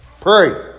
Pray